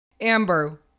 Amber